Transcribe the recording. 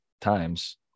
times